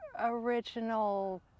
original